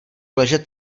ležet